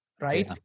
right